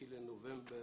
5 בנובמבר